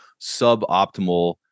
suboptimal